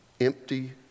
Empty